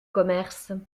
commerce